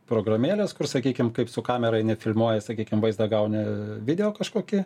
programėlės kur sakykim kaip su kamera eini filmuoji sakykim vaizdą gauni video kažkokį